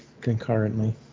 concurrently